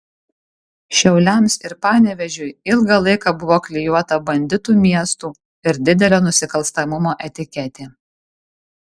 šiauliams ir panevėžiui ilgą laiką buvo klijuota banditų miestų ir didelio nusikalstamumo etiketė